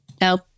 No